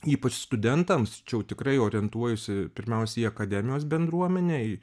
ypač studentams čia jau tikrai orientuojuosi pirmiausia į akademijos bendruomenę į